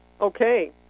Okay